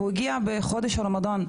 והוא הגיע בחודש הרמדאן,